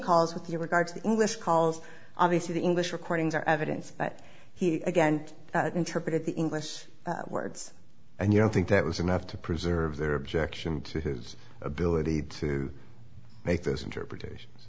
calls with the regards the english calls obviously the english recordings are evidence but he again interpreted the english words and you know i think that was enough to preserve their objection to his ability to make those interpretations